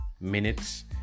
minutes